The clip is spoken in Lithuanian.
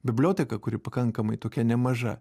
biblioteką kuri pakankamai tokia nemaža